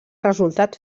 resultat